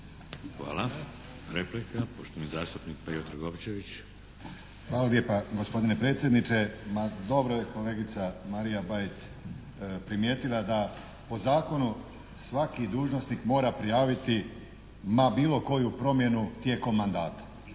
Hvala. Replika, poštovani zastupnik Pejo Trgovčević. **Trgovčević, Pejo (HSP)** Hvala lijepa gospodine predsjedniče. Ma dobro je kolegica Marija Bajt primijetila da po zakonu svaki dužnosnik mora prijaviti ma bilo koju promjenu tijekom mandata.